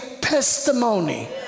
testimony